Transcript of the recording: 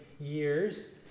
years